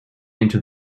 into